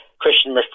Christian